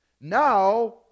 now